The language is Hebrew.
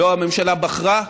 לא הממשלה בחרה.